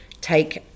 take